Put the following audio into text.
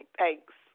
thanks